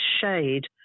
shade